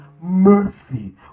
Mercy